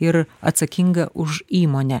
ir atsakingą už įmonę